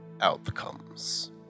outcomes